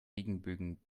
regenbögen